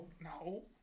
No